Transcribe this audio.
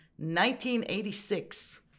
1986